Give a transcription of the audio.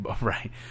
right